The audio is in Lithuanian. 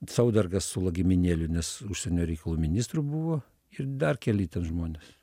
saudargas su lagaminėliu nes užsienio reikalų ministru buvo ir dar keli žmonės